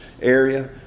area